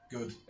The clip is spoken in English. Good